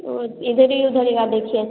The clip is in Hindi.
इधर ही उधरी का देखिए